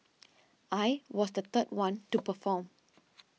I was the third one to perform